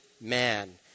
man